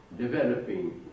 developing